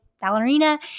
ballerina